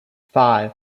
five